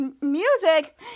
music